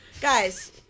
Guys